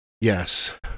yes